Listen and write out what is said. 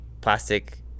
plastic